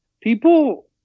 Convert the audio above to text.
People